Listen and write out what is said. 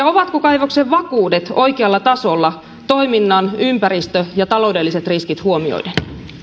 ovatko kaivoksen vakuudet oikealla tasolla toiminnan ympäristö ja taloudelliset riskit huomioiden